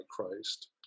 Christ